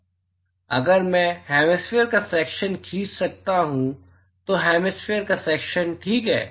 अगर मैं हैमिस्फेअर का सैक्शन खींच सकता हूं तो यह हैमिस्फेअर का सैक्शन ठीक है